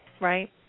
right